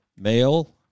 male